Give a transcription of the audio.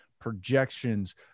projections